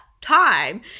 time